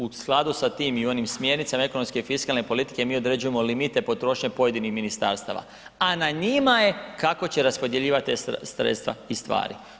U skladu sa tim i onim smjernicama ekonomske i fiskalne politike mi određujemo limite potrošnje pojedinih ministarstva, a na njima je kako će raspodjeljivati ta sredstava i stvari.